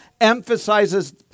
emphasizes